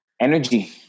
energy